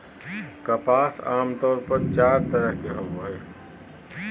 कपास आमतौर पर चार तरह के होवो हय